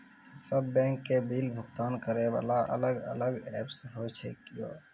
सब बैंक के बिल भुगतान करे वाला अलग अलग ऐप्स होय छै यो?